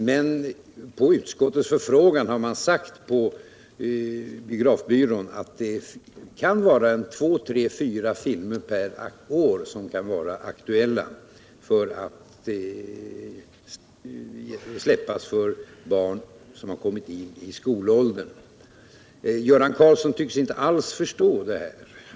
Men på utskottets förfrågan har man på biografbyrån sagt att det kan vara två, tre eller fyra filmer per år som kan vara tänkbara att släppas för barn som har kommit upp i skolåldern men inte fyllt elva år. Göran Karlsson tycks inte alls förstå vad propositionen handlar om.